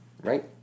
Right